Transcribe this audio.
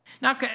Now